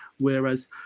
whereas